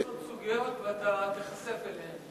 יש עוד סוגיות, ואתה תיחשף אליהן.